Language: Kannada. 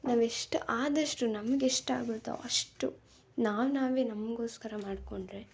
ನಾವು ಎಷ್ಟು ಆದಷ್ಟು ನಮ್ಗೆ ಎಷ್ಟು ಆಗುತ್ತೊ ಅಷ್ಟು ನಾವು ನಾವೇ ನಮಗೋಸ್ಕರ ಮಾಡಿಕೊಂಡ್ರೆ